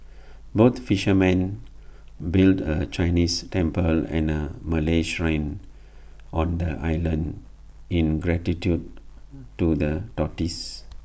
both fishermen built A Chinese temple and A Malay Shrine on the island in gratitude to the tortoise